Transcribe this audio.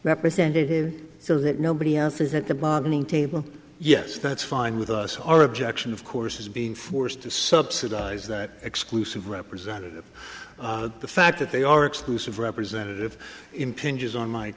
representatives so that nobody i think that the bargaining table yes that's fine with us our objection of course is being forced to subsidize that exclusive representative the fact that they are exclusive representative impinges on my